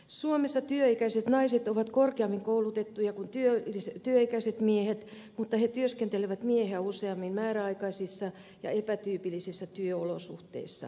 suomessa työikäiset naiset ovat korkeammin koulutettuja kuin työikäiset miehet mutta he työskentelevät miehiä useammin määräaikaisissa ja epätyypillisissä työsuhteissa